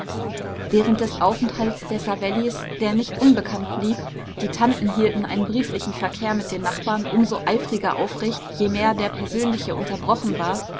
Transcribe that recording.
während des aufenthalts der savellis der nicht unbekannt blieb die tanten hielten einen brieflichen verkehr mit den nachbarn um so eifriger aufrecht je mehr der persönliche unterbrochen war